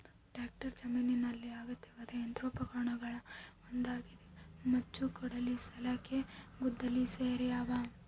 tractor ಜಮೀನಿನಲ್ಲಿ ಅಗತ್ಯವಾದ ಯಂತ್ರೋಪಕರಣಗುಳಗ ಒಂದಾಗಿದೆ ಮಚ್ಚು ಕೊಡಲಿ ಸಲಿಕೆ ಗುದ್ದಲಿ ಸೇರ್ಯಾವ